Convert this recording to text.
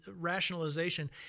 rationalization